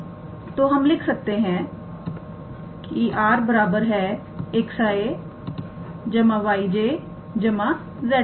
तो हम लिख सकते हैं 𝑟⃗ 𝑥𝑖̂ 𝑦𝑗̂ 𝑧𝑘̂